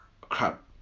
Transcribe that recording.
crap